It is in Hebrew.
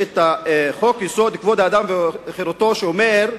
חוק-יסוד: כבוד האדם וחירותו אומר: